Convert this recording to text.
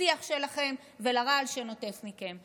לשיח שלכם ולרעל שנוטף מכם.